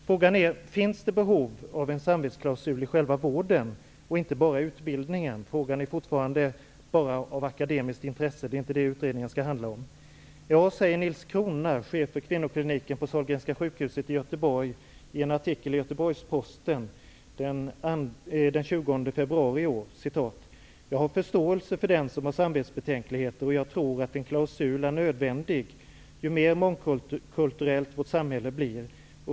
Frågan är: Finns det behov av en samvetsklausul i själva vården och inte bara i utbildningen? Frågan är fortfarande enbart av akademiskt intresse. Det är inte detta utredningen skall handla om. Nils Crona, chef för kvinnokliniken på Sahlgrenska sjukhuset i Göteborg, säger i en artikel i Göteborgs Posten den 20 februari i år: Jag har förståelse för den som har samvetsbetänkligheter, och jag tror att en klausul är nödvändig ju mer mångkulturellt samhället blir.